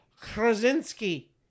Krasinski